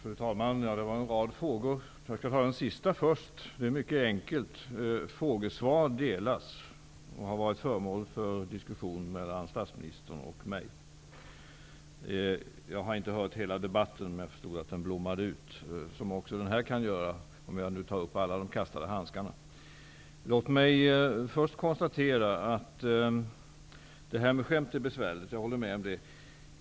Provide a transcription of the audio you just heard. Fru talman! Olle Schmidt ställer en rad frågor. Jag tar den sista först. Det är mycket enkelt. Ett frågesvar delas, och det har varit föremål för diskussion mellan statsministern och mig. Jag har inte hört hela den tidigare debatten. Men jag har förstått att den blommade ut, vilket också den här kan göra om jag nu tar upp alla de kastade handskarna. Låt mig först konstatera att detta med skämt är besvärligt. Jag håller med om det.